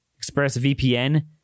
ExpressVPN